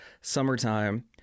summertime